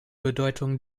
bedeutung